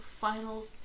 final